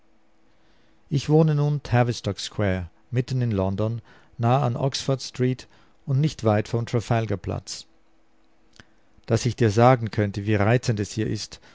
ich wohne nun tavistock square mitten in london nah an oxford street und nicht weit vom trafalgar platz daß ich dir sagen könnte wie reizend es hier ist